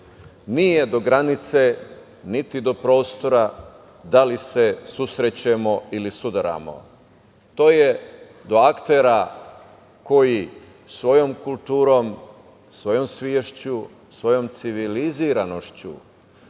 Nije do granice niti do prostora, da li se susrećemo ili sudaramo, to je do aktera koji svojom kulturom, svojom svešću, svojom civilizovanošću,